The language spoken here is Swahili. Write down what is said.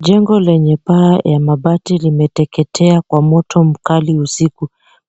Jengo lenye paa la mabati limeteketea kwa kwa moto mkali